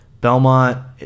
Belmont